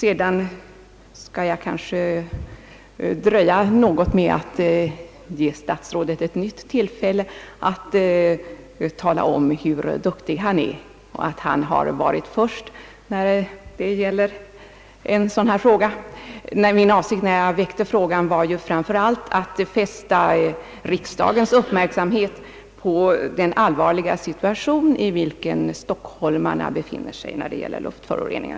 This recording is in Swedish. Jag skall kanske dröja något med att ge statsrådet ett nytt tillfälle att tala om hur duktig han är och att han varit först när det gäller denna fråga. När jag väckte frågan var min avsikt framför allt att fästa riksdagens uppmärksamhet på den allvarliga situation i vilken stockholmarna befinner sig när det gäller luftföroreningar.